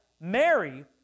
Mary